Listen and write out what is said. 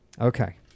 okay